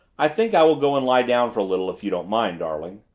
i think i will go and lie down for a little if you don't mind, darling.